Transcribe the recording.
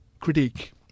critique